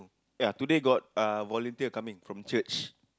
ya today got uh volunteer coming from church